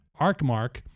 ArcMark